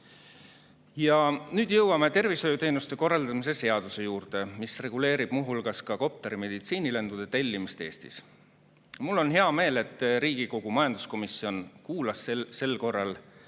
Ja nüüd jõuame tervishoiuteenuste korraldamise seaduse juurde, mis reguleerib muu hulgas kopteriga meditsiinilendude tellimist Eestis. Mul on hea meel, et sel korral Riigikogu majanduskomisjon kuulas